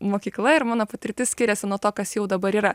mokykla ir mano patirtis skiriasi nuo to kas jau dabar yra